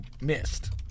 missed